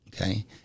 okay